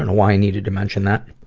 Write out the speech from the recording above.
and why i need to mention that.